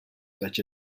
such